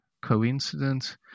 coincidence